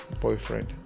boyfriend